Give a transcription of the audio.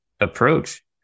approach